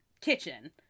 kitchen